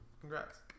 Congrats